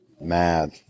mad